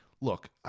look